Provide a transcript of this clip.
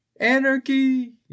anarchy